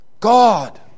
God